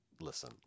Listen